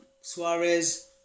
Suarez